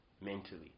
mentally